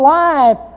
life